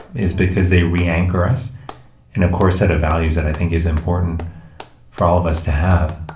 is because they re-anchor us in a core set of values that i think is important for all of us to have.